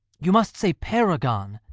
you must say paragon.